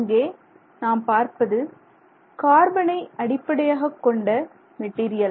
இங்கே நாம் பார்ப்பது கார்பனை அடிப்படையாகக்கொண்ட மெட்டீரியல்